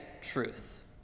truth